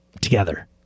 together